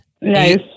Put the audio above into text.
Nice